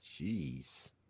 jeez